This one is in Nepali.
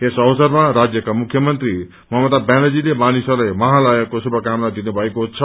यस अवसरमा राज्यका मुख्यमंत्री ममता व्यानर्जीजे मानिसहरूलाई महालयाको शुभकामना दिनु भएको छ